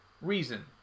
reason